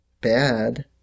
bad